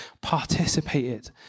participated